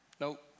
Nope